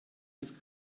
des